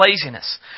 laziness